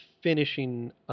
finishing